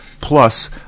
plus